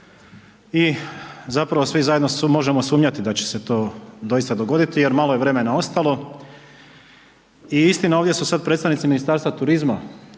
i zapravo svi zajedno možemo sumnjati da će se to doista dogoditi jer malo je vremena ostalo i istina ovdje su sad predstavnici Ministarstva turizma